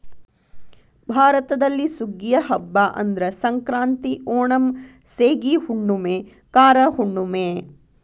ಭಾರತದಲ್ಲಿ ಸುಗ್ಗಿಯ ಹಬ್ಬಾ ಅಂದ್ರ ಸಂಕ್ರಾಂತಿ, ಓಣಂ, ಸೇಗಿ ಹುಣ್ಣುಮೆ, ಕಾರ ಹುಣ್ಣುಮೆ